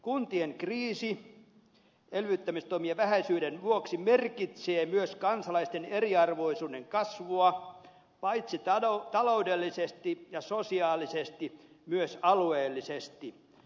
kuntien kriisi elvyttämistoimien vähäisyyden vuoksi merkitsee myös kansalaisten eriarvoisuuden kasvua paitsi taloudellisesti ja sosiaalisesti myös alueellisesti